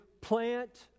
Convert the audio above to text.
plant